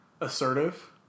assertive